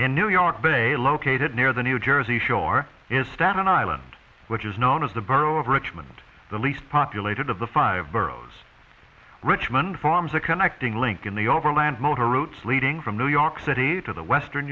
in new york bay located near the new jersey shore in staten island which is known as the borough of richmond the least populated of the five boroughs richmond forms a connecting link in the overland motor routes leading from new york city to the western